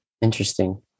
interesting